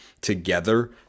together